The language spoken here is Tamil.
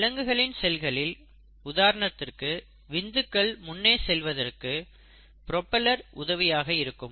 விலங்குகளின் செல்களில் உதாரணத்திற்கு விந்துக்கள் முன்னே செல்வதற்கு ப்ரோபெல்லர் உதவியாக இருக்கும்